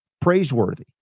praiseworthy